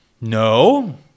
no